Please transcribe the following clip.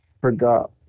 Forgot